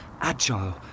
agile